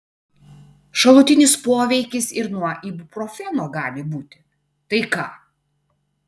šalutinis poveikis ir nuo ibuprofeno gali būti tai ką